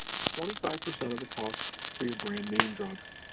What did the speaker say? and twenty five percent of the cost for your brand name drugs.